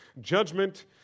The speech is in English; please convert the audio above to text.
Judgment